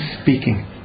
speaking